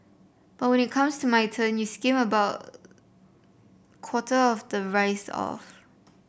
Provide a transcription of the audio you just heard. but when it comes to my turn you skim about quarter of the rice off